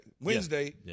Wednesday